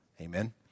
Amen